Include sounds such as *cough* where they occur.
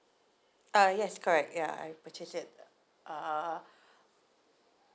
uh yes correct ya I've purchased it uh *breath*